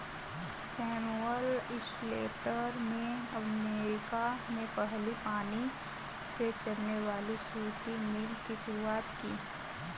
Samuel Slater ने America में पहली पानी से चलने वाली सूती मिल की शुरुआत की